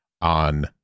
on